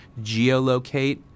geolocate